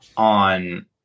on